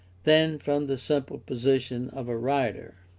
than from the simple position of a writer.